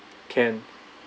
can